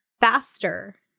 Faster